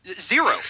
Zero